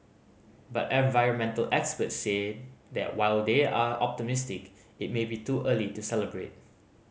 but environmental experts say that while they are optimistic it may be too early to celebrate